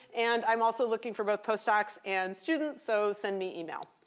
and i'm also looking for both postdocs and students, so send me email.